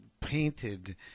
painted